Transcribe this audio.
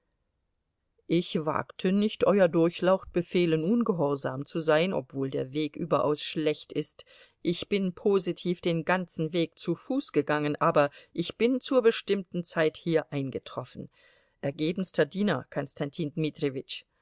ich wagte nicht euer durchlaucht befehlen ungehorsam zu sein obwohl der weg überaus schlecht ist ich bin positiv den ganzen weg zu fuß gegangen aber ich bin zur bestimmten zeit hier eingetroffen ergebenster diener